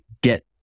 get